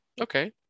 Okay